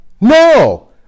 No